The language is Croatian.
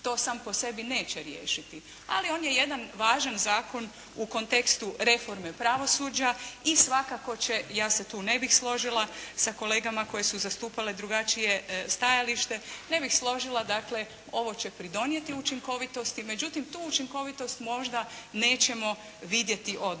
to sam po sebi neće riješiti, ali on je jedan važan zakon u kontekstu reforme pravosuđa i svakako će ja se tu ne bih složila sa kolegama koje su zastupale drugačije stajalište, ne bi složila, dakle ovo će pridonijeti učinkovitosti, međutim tu učinkovitost možda nećemo vidjeti odmah.